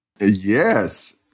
Yes